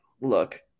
look